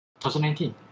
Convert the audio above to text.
2019